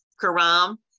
Karam